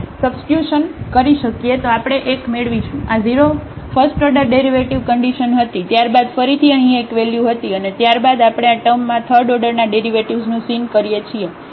તો આપણે 1 મેળવીશું આ 0 ફસ્ટઓર્ડર ડેરિવેટિવ કન્ડિશન હતી ત્યારબાદ ફરીથી અહીં એક વેલ્યુ હતી અને ત્યારબાદ આપણે આ ટર્મમાં થર્ડ ઓર્ડરના ડેરિવેટિવ્ઝનું sin કરીએ છીએ